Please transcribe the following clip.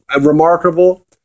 remarkable